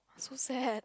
so sad